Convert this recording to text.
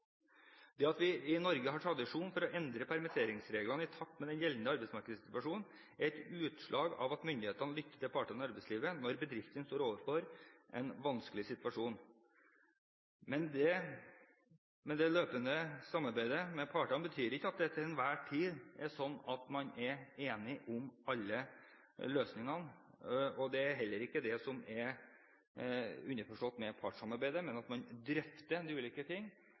Det at vi i Norge har tradisjon for å endre permitteringsreglene i takt med den gjeldende arbeidsmarkedssituasjonen, er et utslag av at myndighetene lytter til partene i arbeidslivet når bedriftene står overfor en vanskelig situasjon. Men det løpende samarbeidet med partene betyr ikke at det til enhver tid er sånn at man er enig om alle løsningene, og det er heller ikke det som er underforstått med partssamarbeidet, men at man drøfter de ulike ting